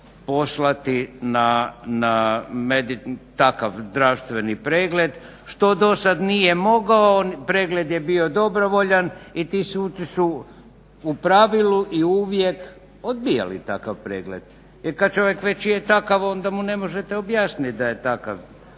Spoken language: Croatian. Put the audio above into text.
poslati na takav zdravstveni pregled što dosad nije mogao. Pregled je bio dobrovoljan i ti suci su u pravilu i uvijek odbijali takav pregled, jer kad čovjek već je takav onda mu ne možete objasnit da je takav